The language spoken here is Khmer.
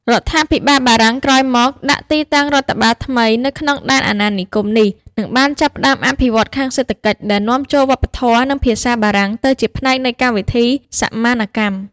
រដ្ឋាភិបាលបារាំងក្រោយមកក៏បានដាក់ទីតាំងរដ្ឋបាលថ្មីនៅក្នុងដែនអាណានិគមនេះ និងបានចាប់ផ្ដើមអភិវឌ្ឍខាងសេដ្ឋកិច្ចដែលនាំចូលវប្បធម៌និងភាសាបារាំងទៅជាផ្នែកនៃកម្មវិធីសមានកម្ម។